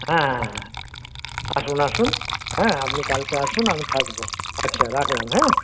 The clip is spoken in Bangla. হ্যাঁ হ্যাঁ হ্যাঁ হ্যাঁ আসুন আসুন হ্যাঁ আপনি কালকে আসুন আমি থাকব আচ্ছা রাখলাম হ্যাঁ